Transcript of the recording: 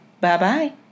Bye-bye